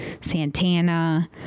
Santana